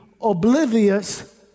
oblivious